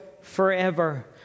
forever